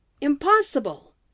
Impossible